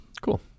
Cool